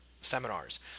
seminars